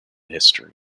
history